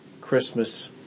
Christmas